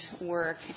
work